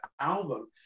album